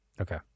Okay